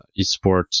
esports